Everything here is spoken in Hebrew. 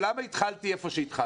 למה התחלתי בכך?